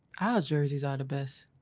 ah jerseys are the best.